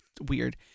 weird